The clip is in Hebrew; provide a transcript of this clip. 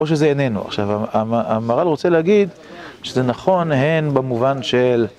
או שזה איננו, עכשיו, המר״ל רוצה להגיד שזה נכון, הן במובן של...